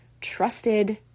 trusted